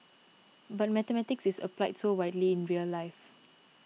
but mathematics is applied so widely in real life